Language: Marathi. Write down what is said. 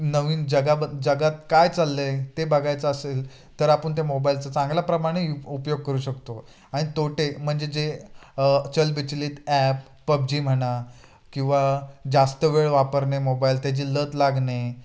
नवीन जगा ब जगात काय चाललंय ते बघायचं असेल तर आपण ते मोबाईलचा चांगल्याप्रमाणे यु उपयोग करू शकतो आणि तोटे म्हणजे जे चलबिचलित ॲप पबजी म्हणा किंवा जास्त वेळ वापरणे मोबाईल त्याची लत लागणे